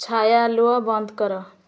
ଛାୟା ଆଲୁଅ ବନ୍ଦ କର